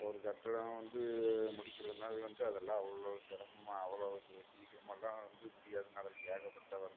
ஒரு கட்டடம் வந்து முடிக்கிறதுனாலே வந்து அதெல்லாம் அவ்வளோ சிரமமா அவ்வளோ சீ சீக்கிரமாகல்லாம் வந்து முடியாதுங்க அதில் ஏகப்பட்ட வந்து